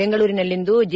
ಬೆಂಗಳೂರಿನಲ್ಲಿಂದು ಜಿ